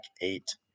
eight